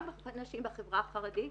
גם נשים בחברה החרדית.